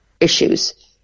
issues